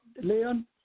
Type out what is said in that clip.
Leon